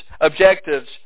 objectives